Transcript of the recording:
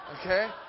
Okay